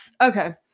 Okay